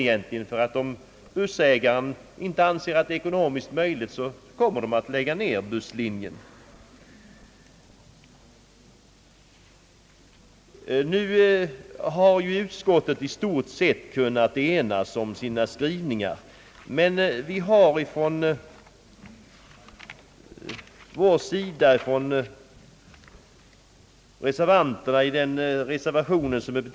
Om nämligen bussägaren inte anser en linje vara ekonomiskt bärkraftig så läggs busslinjen ned. Utskottet har i stort sett kunnat enas om sin skrivning. På en punkt har vi på vår sida emellertid inte kunnat acceptera utskottets förslag.